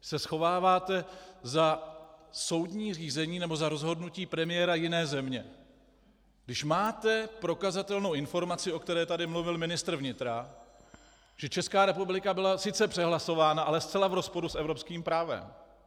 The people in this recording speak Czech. Vy se schováváte za soudní řízení nebo za rozhodnutí premiéra jiné země, když máte prokazatelnou informaci, o které tady mluvil ministr vnitra, že Česká republika byla sice přehlasována, ale zcela v rozporu s evropským právem.